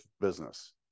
business